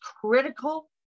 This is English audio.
critical